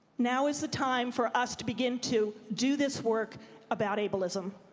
now is the time for us to begin to do this work about ableism.